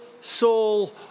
Saul